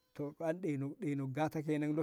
to ka an ɗeno-ɗeno gata kenan